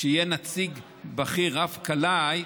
שיהיה נציג בכיר רב-כלאי,